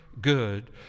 good